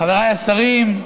חבריי השרים,